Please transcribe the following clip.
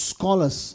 Scholars